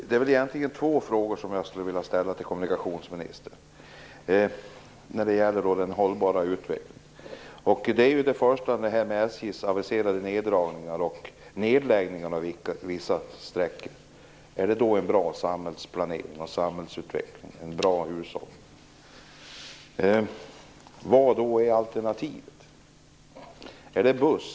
Fru talman! Det är två frågor som jag skulle vilja ställa till kommunikationsministern när det gäller den hållbara utvecklingen. Den första gäller SJ:s aviserade neddragningar och nedläggningar av vissa sträckor. Är det en bra samhällsplanering, samhällsutveckling och hushållning?